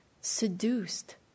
seduced